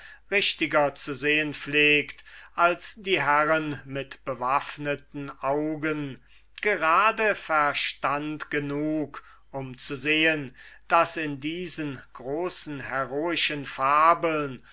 richtiger zu sehen pflegt als die herren mit bewaffneten augen gerade verstand genug um zu sehen daß in diesen großen heroischen fabeln